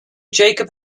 jacob